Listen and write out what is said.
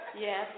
Yes